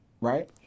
right